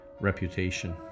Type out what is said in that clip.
reputation